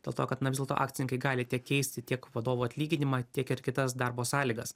dėl to kad na vis dėlto akcininkai gali tiek keisti tiek vadovo atlyginimą tiek ir kitas darbo sąlygas